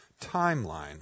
timeline